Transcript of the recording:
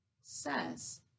says